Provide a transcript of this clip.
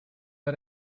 war